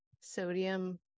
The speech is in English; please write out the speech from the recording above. sodium